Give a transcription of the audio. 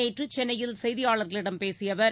நேற்று சென்னையில் செய்தியாளர்களிடம் பேசிய அவர்